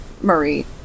Marie